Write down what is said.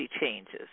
changes